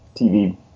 TV